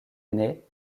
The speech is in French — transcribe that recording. aînés